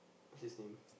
what's his name